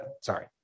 Sorry